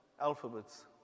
alphabets